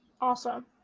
Awesome